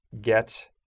get